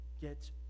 get